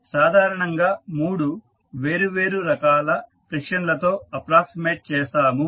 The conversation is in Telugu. మనము సాధారణంగా మూడు వేరు వేరు రకాల ఫ్రిక్షన్ లతో అప్ప్రాక్సిమేట్ చేస్తాము